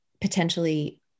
potentially